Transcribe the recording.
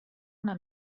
una